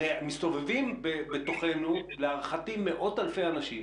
הרי מסתובבים בתוכנו, להערכתי, מאות אלפי אנשים